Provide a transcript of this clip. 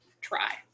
try